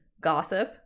Gossip